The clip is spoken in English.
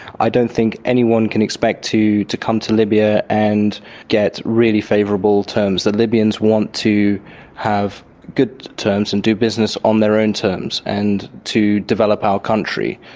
i don't think anyone can expect to to come to libya and get really favourable terms. the libyans want to have good terms and do business on their own terms and to develop our country.